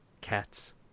cats